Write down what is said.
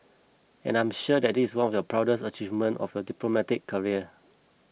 and I'm sure that is one of your proudest achievement of your diplomatic career